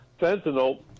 fentanyl